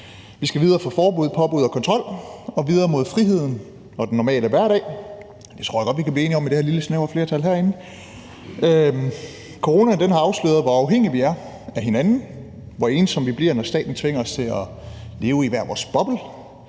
Vi skal videre fra forbud, påbud og kontrol og videre mod friheden og den normale hverdag. Det tror jeg godt vi kan blive enige om i det her lille, snævre flertal herinde. Coronaen har afsløret, hvor afhængige vi er af hinanden, hvor ensomme vi bliver, når staten tvinger os til at leve i hver vores boble,